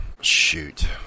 shoot